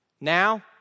Now